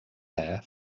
hair